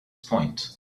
point